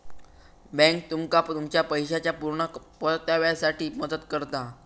bank तुमका तुमच्या पैशाच्या पुर्ण परताव्यासाठी मदत करता